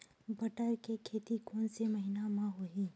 बटर के खेती कोन से महिना म होही?